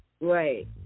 Right